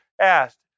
asked